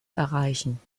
erreichen